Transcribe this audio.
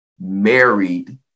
married